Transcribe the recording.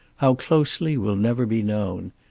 how closely will never be known.